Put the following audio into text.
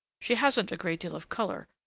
she hasn't a great deal of color,